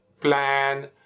plan